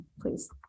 please